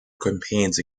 campaigns